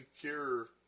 cure